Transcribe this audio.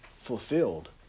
fulfilled